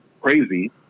crazy